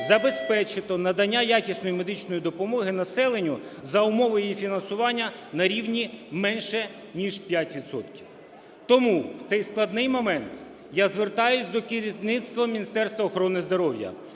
забезпечити надання якісної медичної допомоги населенню за умови її фінансування на рівні менше ніж 5 відсотків. Тому в цей складний момент я звертаюсь до керівництва Міністерства охорони здоров'я,